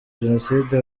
genocide